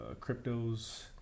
Cryptos